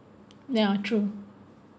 ya true